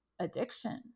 addiction